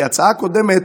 כי ההצעה הקודמת,